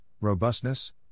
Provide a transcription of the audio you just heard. robustness